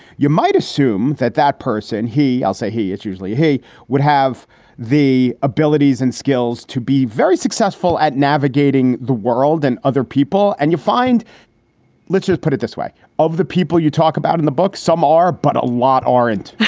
you might assume that that person, he i'll say he is usually he would have the abilities and skills to be very successful at navigating the world and other people. and you find let's just put it this way of the people you talk about in the book, some are, but a lot aren't